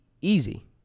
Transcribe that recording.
easy